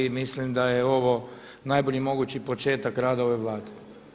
Mislim da je ovo najbolji mogući početak rada ove Vlade.